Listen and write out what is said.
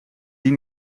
die